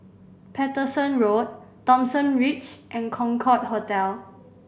Paterson Road Thomson Ridge and Concorde Hotel